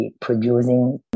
producing